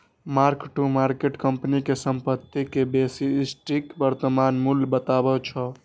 mark to market company के संपत्ति के बेसी सटीक वर्तमान मूल्य बतबै छै